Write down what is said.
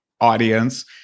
audience